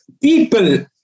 people